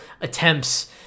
attempts